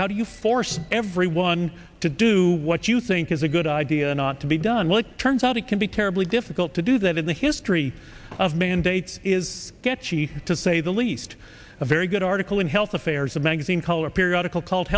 how do you force everyone to do what you think is a good idea not to be done well it turns out it can be terribly difficult to do that in the history of mandates is get she to say the least a very good article in health affairs magazine color periodical called